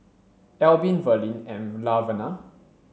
Albin Verlene and Laverna